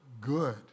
good